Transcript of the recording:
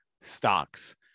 stocks